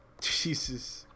Jesus